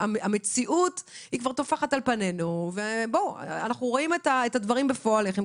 המציאות טופחת על פנינו וראינו איך הדברים קורים בפועל.